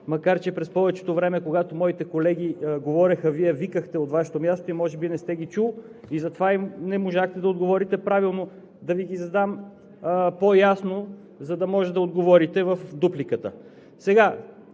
макар че през повечето време, когато моите колеги говореха, Вие викахте от Вашето място и може би не сте ги чули и затова не можахте да отговорите правилно. Да Ви ги задам по-ясно, за да може да отговорите в дупликата. Вие